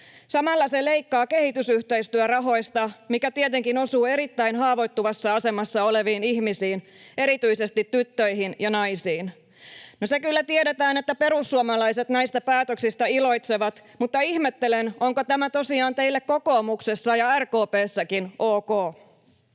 Samalla se leikkaa kehitysyhteistyörahoista, mikä tietenkin osuu erittäin haavoittuvassa asemassa oleviin ihmisiin, erityisesti tyttöihin ja naisiin. No, se kyllä tiedetään, että perussuomalaiset näistä päätöksistä iloitsevat, mutta ihmettelen, onko tämä tosiaan teille kokoomuksessa ja RKP:ssäkin ok.